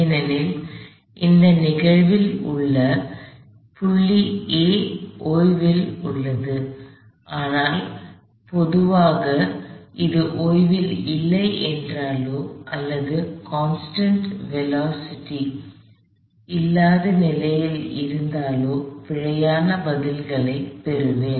ஏனெனில் இந்த நிகழ்வில் அந்த புள்ளி A ஓய்வில் உள்ளது ஆனால் பொதுவாக அது ஓய்வில் இல்லை என்றாலோ அல்லது கான்ஸ்டன்ட் வேலோஸிட்டி Constant velocityநிலையான வேகம் இல்லாத நிலையில் இருந்தாலோ பிழையான பதில்களைப் பெறுவேன்